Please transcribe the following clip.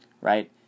Right